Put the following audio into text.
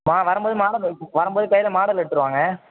மா வரும்போது மாடல் எடு வரும்போது கையில் மாடல் எடுத்துகிட்டு வாங்க